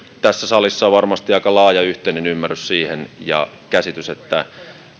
tässä salissa on varmasti aika laaja yhteinen ymmärrys ja käsitys että